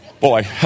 boy